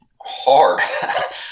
hard